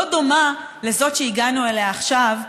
לא דומה לזאת שהגענו אליה עכשיו,